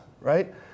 right